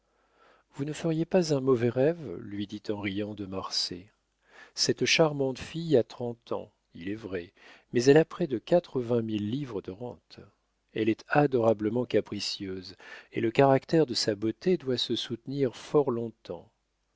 vous ne feriez pas un mauvais rêve lui dit en riant de marsay cette charmante fille a trente ans il est vrai mais elle a près de quatre-vingt mille livres de rente elle est adorablement capricieuse et le caractère de sa beauté doit se soutenir fort long-temps